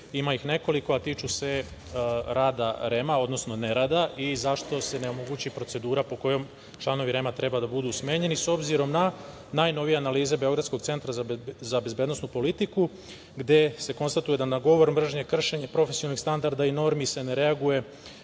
Ima ih nekoliko, a tiču se rada REM-a, odnosno nerada i zašto se ne omogući procedura po kojoj članovi REM-a treba da budu smenjeni, s obzirom na najnovije analize beogradskog Centra za bezbednosnu politiku gde se konstatuje da na govor mržnje, kršenje profesionalnih standarda i normi se ne reaguje